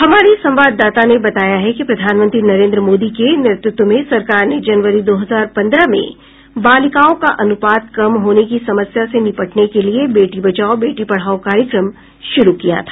हमारी संवाददाता ने बताया है कि प्रधानमंत्री नरेन्द्र मोदी के नेतृत्व में सरकार ने जनवरी दो हजार पन्द्रह में बालिकाओं का अनुपात कम होने की समस्या से निपटने के लिए बेटी बचाओ बेटी पढाओ कार्यक्रम शुरू किया था